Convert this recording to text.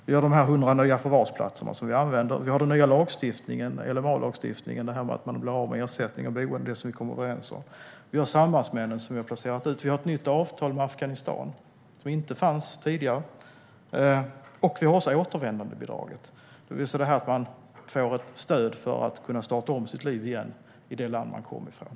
Vi har 100 nya förvarsplatser som vi använder. Vi har den nya lagstiftningen som innebär att man blir av med ersättning och boende, alltså det som vi kom överens om. Vi har sambandsmännen som vi har placerat ut. Vi har ett nytt avtal med Afghanistan som inte fanns tidigare. Och vi har återvändandebidraget, det vill säga att man får ett stöd för att kunna starta om sitt liv i det land man kommer från.